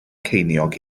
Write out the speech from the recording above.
ceiniog